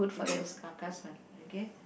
K that is car cars one okay